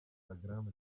instagram